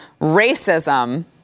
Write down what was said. racism